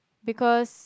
because